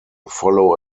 follow